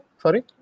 Sorry